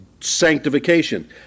sanctification